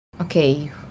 Okay